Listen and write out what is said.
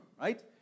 right